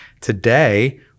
today